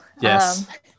Yes